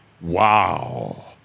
Wow